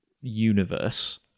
universe